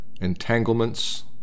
Entanglements